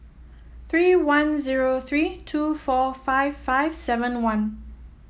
three one zero three two four five five seven one